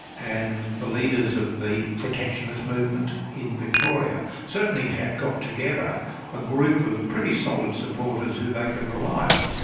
and the leaders of the protectionist movement in victoria, certainly had got together a group of pretty solid supporters who they could rely on.